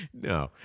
No